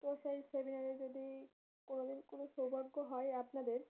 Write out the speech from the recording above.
তো সেই সেমিনারে যদি কোনো দিন কোনো সৌভাগ্য হয় আপনাদের